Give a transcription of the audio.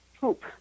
poop